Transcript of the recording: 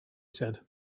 said